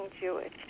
Jewish